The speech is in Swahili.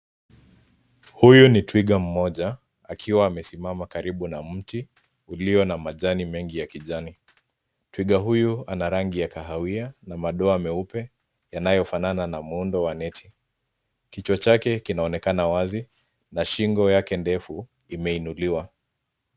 Huyu ni twiga mmoja akiwa amesimama karibu na mti ulio na majani mengi ya kijani twiga huyu anarangi ya kahawia na madoa meupe yanayofanana na muundo wa neti kichwa chake kinaonekana wazi na shingo yake ndefu imeinuliwa.